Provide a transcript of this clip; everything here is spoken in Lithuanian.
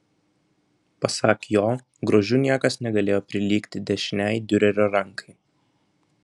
pasak jo grožiu niekas negalėjo prilygti dešinei diurerio rankai